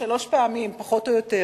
כשלוש פעמים, פחות או יותר,